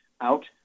out